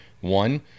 one